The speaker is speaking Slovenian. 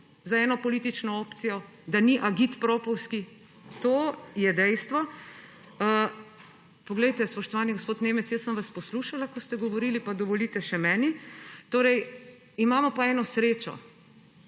za eno politično opcijo, da ni agitpropovski. To je dejstvo. Poglejte, spoštovani gospod Nemec, jaz sem vas poslušala, ko ste govorili, pa dovolite še meni. Torej, imamo pa eno srečo